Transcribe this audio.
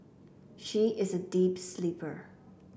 she is a deep sleeper